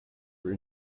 were